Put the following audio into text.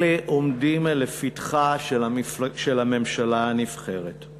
אלה עומדים לפתחה של הממשלה הנבחרת.